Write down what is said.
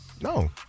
No